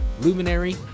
Luminary